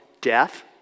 Death